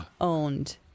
owned